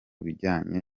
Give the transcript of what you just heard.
bijyanye